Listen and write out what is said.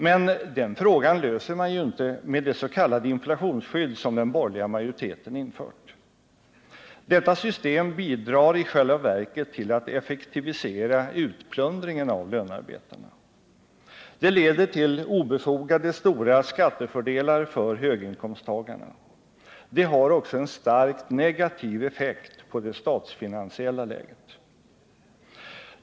Men den frågan löser man ju inte med det s.k. inflationsskydd som den borgerliga majoriteten infört. Detta system bidrar i själva verket till att effektivisera utplundringen av lönarbetarna. Det leder till obefogade och stora skattefördelar för höginkomsttagarna. Det har också en starkt negativ effekt på det statsfinansiella läget.